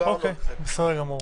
בסדר גמור.